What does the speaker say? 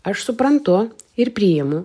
aš suprantu ir priimu